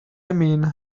mean